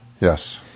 Yes